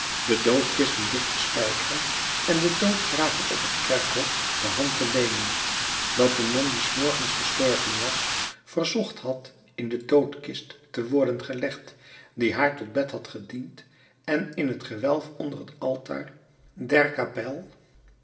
de doodkisten dicht te spijkeren en den doodgraver op het kerkhof de hand te leenen dat de non die s morgens gestorven was verzocht had in de doodkist te worden gelegd die haar tot bed had gediend en in het gewelf onder het altaar der kapel